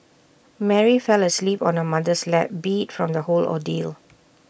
Mary fell asleep on her mother's lap beat from the whole ordeal